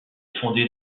fondée